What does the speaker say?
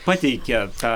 pateikia tą